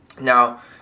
now